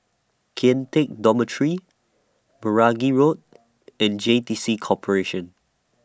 Kian Teck Dormitory Meragi Road and J T C Corporation